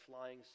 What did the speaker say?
flying